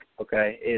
okay